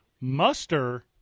Muster